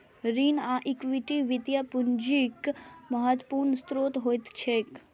ऋण आ इक्विटी वित्तीय पूंजीक महत्वपूर्ण स्रोत होइत छैक